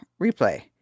replay